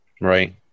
Right